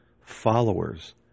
followers